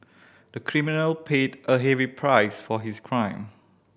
the criminal paid a heavy price for his crime